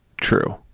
True